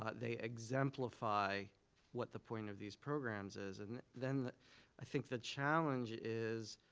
ah they exemplify what the point of these programs is. and then i think the challenge is,